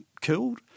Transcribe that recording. killed